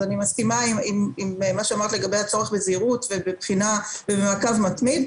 אני מסכימה עם מה נאמר לגבי הצורך בזהירות ובמעקב מתמיד.